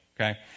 okay